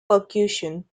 percussion